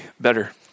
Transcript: better